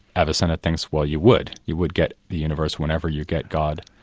avicenna thinks, well, you would you would get the universe whenever you get god,